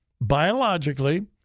biologically